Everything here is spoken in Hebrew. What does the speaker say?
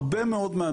הרבה מאד,